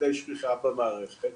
די שכיחה במערכת,